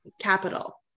capital